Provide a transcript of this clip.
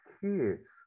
kids